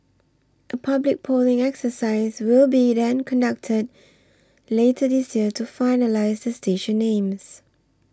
a public polling exercise will be then conducted later this year to finalise the station names